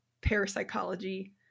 parapsychology